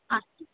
আচ্ছা